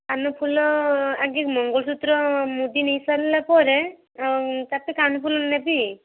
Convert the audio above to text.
କାନଫୁଲ ଆଗେ ମଙ୍ଗଳସୂତ୍ର ମୁଦି ନେଇସାରିଲା ପରେ ଆ ତା'ପରେ କାନଫୁଲ ନେବି